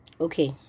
okay